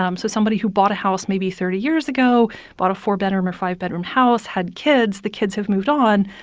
um so somebody who bought a house maybe thirty years ago bought a four-bedroom or five-bedroom house, had kids. the kids have moved on.